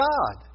God